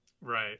Right